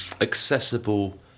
accessible